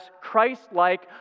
Christ-like